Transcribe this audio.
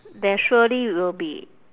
there surely will be